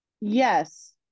Yes